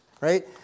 right